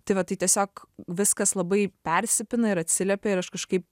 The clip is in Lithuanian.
tai va tai tiesiog viskas labai persipina ir atsiliepia ir aš kažkaip